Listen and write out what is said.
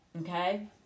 okay